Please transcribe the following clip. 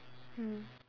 mm